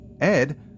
Ed